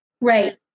right